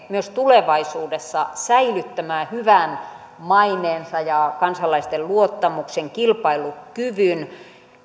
myös tulevaisuudessa säilyttämään hyvän maineensa kansalaisten luottamuksen kilpailukyvyn ja